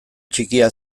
txikia